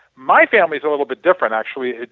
my family is a little bit different actually,